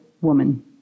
woman